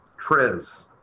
Trez